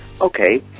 okay